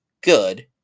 good